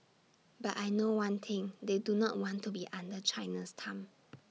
but I know one thing they do not want to be under China's thumb